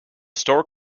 store